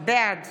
בעד